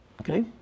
okay